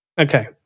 okay